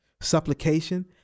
supplication